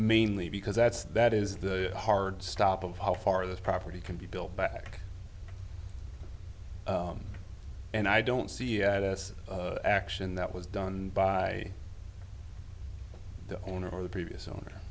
mainly because that's that is the hard stop of how far this property can be built back and i don't see this action that was done by the owner or the previous owner